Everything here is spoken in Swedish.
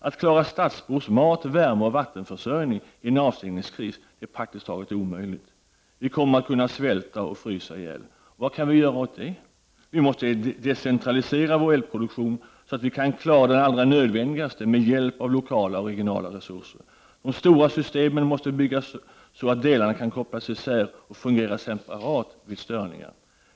Att klara stadsbors mat-, värmeoch vattenförsörjning i en avstängningskris är praktiskt taget omöjligt. Vi kommer att kunna svälta och frysa ihjäl. Vad kan vi göra åt det? Vi måste decentralisera vår elproduktion så att vi kan klara av det allra nödvändigaste: med hjälp av lokala och regionala resurser. De stora systemen måste byggas så att delarna kan kopplas isär och fungera separat vid störningar.